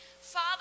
father